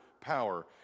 power